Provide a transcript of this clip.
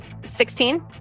16